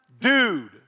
dude